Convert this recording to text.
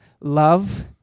love